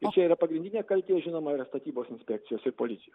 ir čia pagrindinė kaltė žinoma yra statybos inspekcijos ir policijos